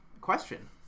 question